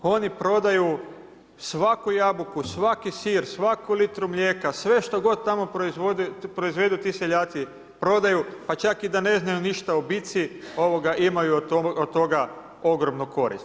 Oni prodaju svaku jabuku, svaki sir, svaku litru mlijeka, sve što god tamo proizvedu ti seljaci prodaju, pa čak i da ne znaju ništa o bitci, imaju od toga ogromnu korist.